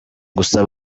gusa